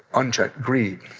unchecked greed.